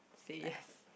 say yes